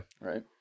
Right